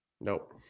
Nope